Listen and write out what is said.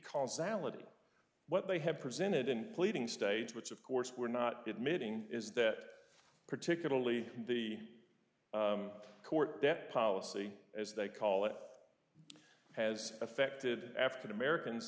consulate what they have presented in pleading stage which of course we're not be admitting is that particularly the court dept policy as they call it has affected african americans